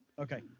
Okay